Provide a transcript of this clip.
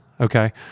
okay